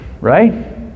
Right